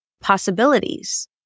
possibilities